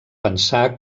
pensar